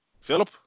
Philip